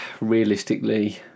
realistically